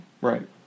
Right